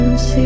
See